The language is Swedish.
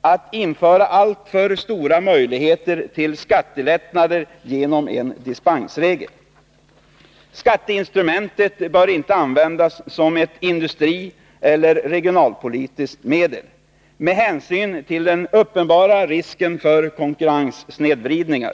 att införa alltför stora möjligheter till skattelättnader genom en dispensregel. Skatteinstrumentet bör inte användas som ett industrieller regionalpolitiskt medel med hänsyn till den uppenbara risken för konkurrenssnedvridningar.